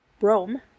rome